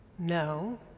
No